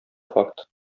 факт